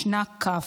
משנה כ',